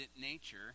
nature